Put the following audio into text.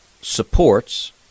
supports